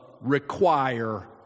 require